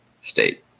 state